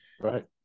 right